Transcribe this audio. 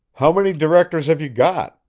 how many directors have you got?